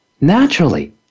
naturally